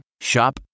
Shop